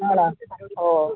ആണോ ഓ